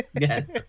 Yes